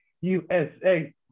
USA